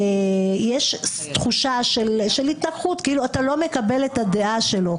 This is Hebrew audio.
יש תחושה כאילו אתה לא מקבל את הדעה שלו.